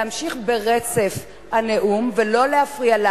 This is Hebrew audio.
להמשיך ברצף הנאום ולא להפריע לה.